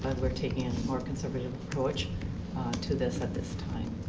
we're taking a more conservative approach to this at this time.